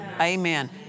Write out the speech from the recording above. Amen